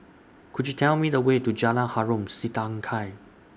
Could YOU Tell Me The Way to Jalan Harom Setangkai